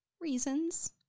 reasons